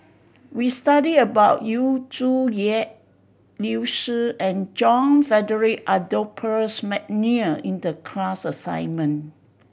we study about Yu Zhuye Liu Si and John Frederick Adolphus McNair in the class assignment